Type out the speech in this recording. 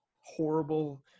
horrible